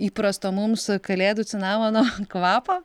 įprasto mums kalėdų cinamono kvapo